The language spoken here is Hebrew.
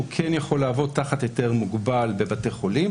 כן יכול לעבוד תחת היתר מוגבל בבתי חולים